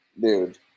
Dude